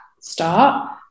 start